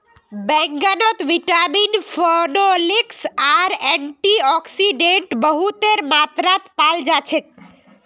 बैंगनत vitamin, phenolics आर antioxidant बहुतेर मात्रात पाल जा छेक